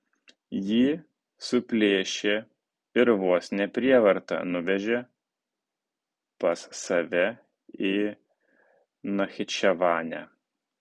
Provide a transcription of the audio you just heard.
jį suplėšė ir vos ne prievarta nuvežė pas save į nachičevanę